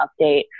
update